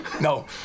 No